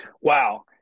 Wow